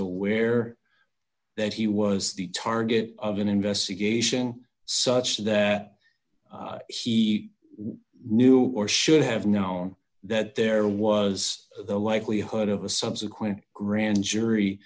aware that he was the target of an investigation such that he knew or should have known that there was a likelihood of a subsequent grand jury